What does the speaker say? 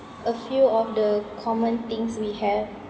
a few of the common things we have